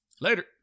Later